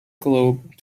globe